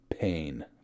pain